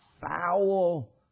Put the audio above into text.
foul